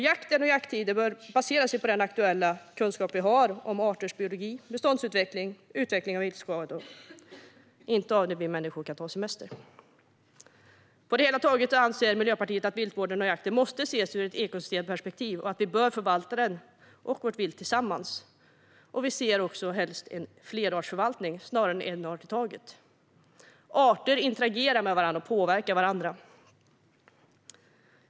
Jakten och jakttiderna bör basera sig på den aktuella kunskap vi har om arters biologi, beståndsutvecklingen och utvecklingen av viltskador, inte på när vi människor kan ta semester. På det hela taget anser Miljöpartiet att viltvården och jakten måste ses ur ett ekosystemperspektiv och att vi bör förvalta den och vårt vilt tillsammans. Vi ser också helst en flerartsförvaltning snarare än förvaltning av en art i taget. Arter interagerar med varandra och påverkar varandra.